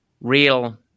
Real